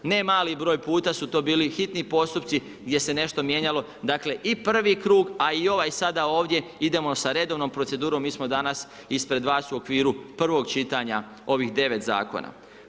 Ne mali broj puta su to bili hitni postupci gdje se nešto mijenjalo, dakle i prvi krug a i ovaj sada ovdje, idemo sa redovnom procedurom, mi smo danas ispred vas u okviru prvog čitanja ovih 9 zakona.